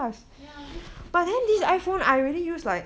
ya at least my